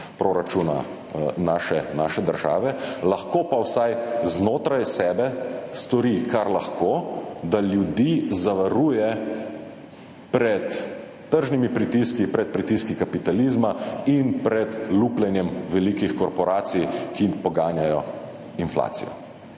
proračuna naše države, lahko pa vsaj znotraj sebe stori kar lahko, da ljudi zavaruje pred tržnimi pritiski, pred pritiski kapitalizma in pred lupljenjem velikih korporacij, ki poganjajo inflacijo.